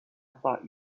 thought